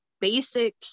basic